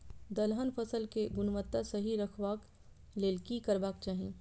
दलहन फसल केय गुणवत्ता सही रखवाक लेल की करबाक चाहि?